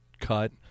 cut